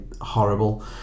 horrible